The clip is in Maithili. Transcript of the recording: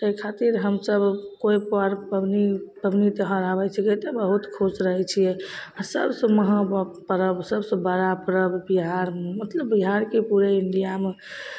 एहि खातिर हमसभ कोइ पर पबनी पबनी त्योहार आबै छिकै तऽ बहुत खुश रहै छिए आओर सबसे महाबऽ परब सबसे बड़ा परब बिहारमे मतलब बिहार कि पूरे इण्डियामे